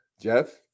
Jeff